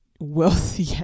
wealthy